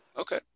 Okay